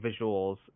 visuals